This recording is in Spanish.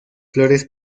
flores